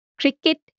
cricket